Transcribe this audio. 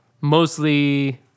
mostly